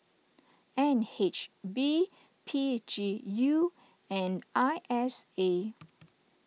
N H B P G U and I S A